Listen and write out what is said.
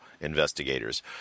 investigators